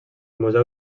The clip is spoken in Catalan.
museu